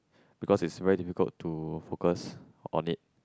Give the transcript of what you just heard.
because it's difficult to focus on it